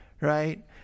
right